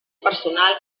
personal